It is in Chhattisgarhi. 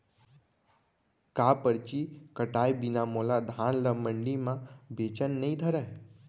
का परची कटाय बिना मोला धान ल मंडी म बेचन नई धरय?